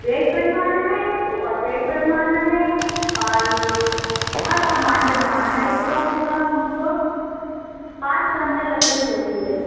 bed بنوانا ہے sofa set بنوانا ہے اور بہت سامان بنوانا ہے تو کم سے کم ہم کو پانچ کوئنٹل لکڑی چاہیے